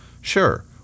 Sure